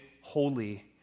holy